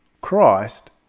Christ